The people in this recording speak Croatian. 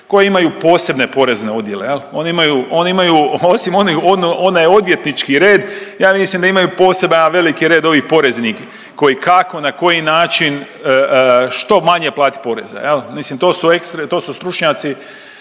koje imaju posebne porezne odjele jel. One imaju, one imaju osim onaj, onaj odvjetnički red, ja mislim da imaju poseban jedan veliki red ovih poreznih koji kako i na koji način što manje platiti poreza jel. Mislim to su ekstr…,